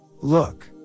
Look